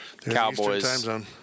Cowboys